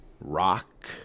Rock